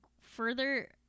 further